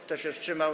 Kto się wstrzymał?